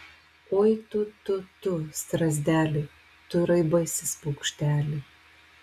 oi tu tu tu strazdeli tu raibasis paukšteli